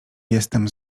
jestem